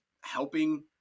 helping